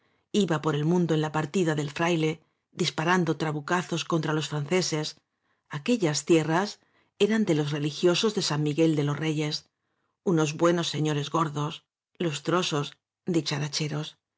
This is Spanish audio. iba por el mundo en la partida del fraile disparando trabucazos contra los franceses aquellas tierras eran de los religiosos de san miguel de los reyes unos buenos señores gordos